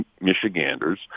Michiganders